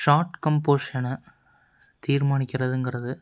short கம்போஷனை தீர்மானிக்கிறதுங்குறது